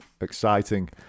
exciting